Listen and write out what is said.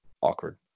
awkward